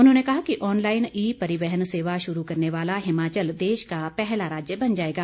उन्होंने कहा कि ऑनलाईन ई परिवहन सेवा शुरू करने वाला हिमाचल देश का पहला राज्य बन जाएगा